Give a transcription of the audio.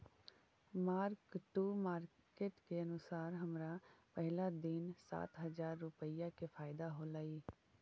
mark to market के अनुसार हमरा पहिला दिन सात हजार रुपईया के फयदा होयलई